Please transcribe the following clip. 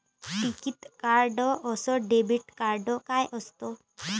टिकीत कार्ड अस debit card काय असत?